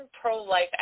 pro-life